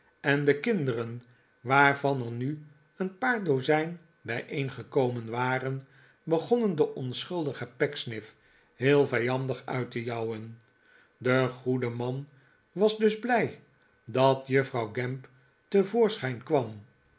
en de kinderen waarvan er nu een paar dozijn bijeengekomen waren begonnen den onschuldigen pecksniff heel vijandig uit te jouwen de goede man was dus blij dat juffrouw gamp te voorschijn kwam